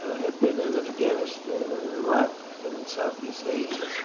had been in afghanistan and iraq in in southeast asian.